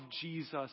Jesus